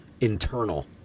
internal